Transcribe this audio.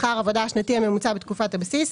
"שכר העבודה השנתי הממוצע בתקופת הבסיס"